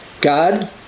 God